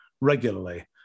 regularly